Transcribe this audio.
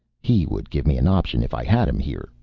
he would give me an option if i had him here,